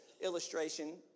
illustration